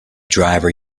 driver